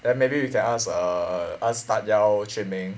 then maybe we can ask err err ask tan yao quan ming